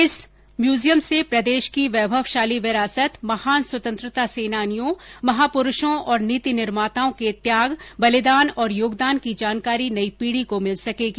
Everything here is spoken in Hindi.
इस म्यूजियम से प्रदेश की वैभवशाली विरासत महान स्वतंत्रता सेनानियों महापुरूषों और नीति निर्माताओं के त्याग बलिदान और योगदान की जानकारी नई पीढी को मिल सकेगी